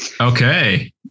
Okay